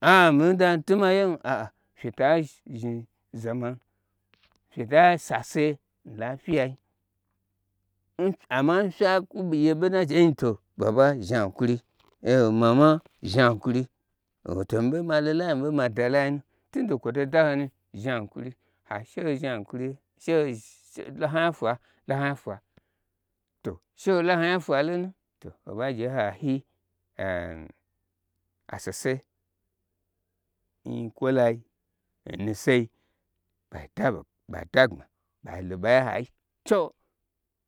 a'a mi ta zhni zaman fyeta sase n lai fyi nyei, amma n fye kwu yeɓo naje n to ɓa ba zhan kuri mama zhna nyi kuri oto mi ɓei malolai miɓei mada lai nu tunde kwuto da honi zhni a n kuri she ho zhnanji kuri lahonya fwa to she hola honya fwa lonu to hobagye n hanyi asese n nyi kwo lai n nusei ba ba da gbma alo ba nya hai choo